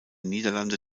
niederlande